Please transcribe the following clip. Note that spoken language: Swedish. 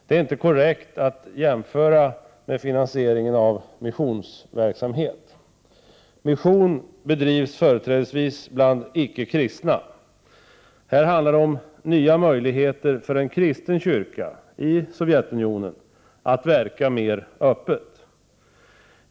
Det är inte korrekt att jämföra med finansiering av missionsverksamhet. Mission bedrivs företrädesvis bland icke-kristna. Här handlar det emellertid om nya möjligheter för en kristen kyrka i Sovjetunionen att verka mer öppet.